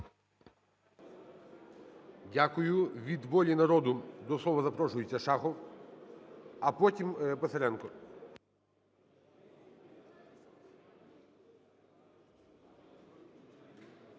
Дякую. Від "Волі народу" до слова запрошується Шахов. А потім Писаренко.